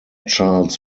charles